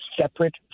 separate